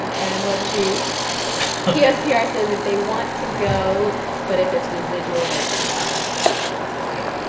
and let's see gspr says if they want to go but if it's residual they're stuck yeah